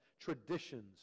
traditions